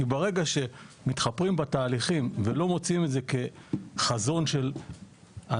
כי ברגע שמתחפרים בתהליכים ולא מוצאים את זה כחזון של אנחנו